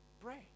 Pray